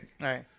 right